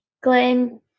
Glenn